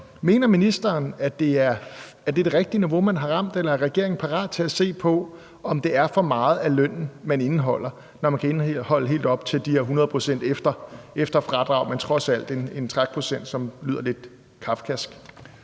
mener ministeren, at det er det rigtige niveau, man har ramt, eller er regeringen parat til at se på, om det er for meget af lønnen, man indeholder, når man kan indeholde helt op til de her 100 pct., som, selv om det er efter fradrag, trods alt lyder lidt kafkask?